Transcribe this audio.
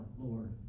Lord